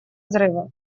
взрыва